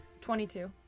22